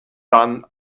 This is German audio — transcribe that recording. dann